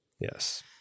yes